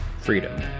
Freedom